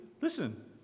listen